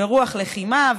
ברוח לחימה,